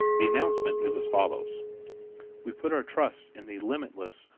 the announcement is as follows we put our trust in the limitless,